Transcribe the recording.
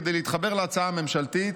כדי להתחבר להצעה הממשלתית.